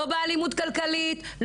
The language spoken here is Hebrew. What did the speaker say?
לא באלימות כלכלית,